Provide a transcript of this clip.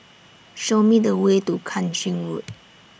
Show Me The Way to Kang Ching Road